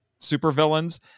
supervillains